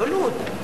לא לוד.